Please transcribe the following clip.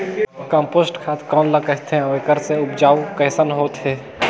Compost खाद कौन ल कहिथे अउ एखर से उपजाऊ कैसन होत हे?